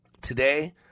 Today